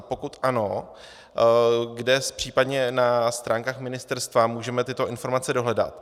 Pokud ano, kde případně na stránkách ministerstva můžeme tyto informace dohledat?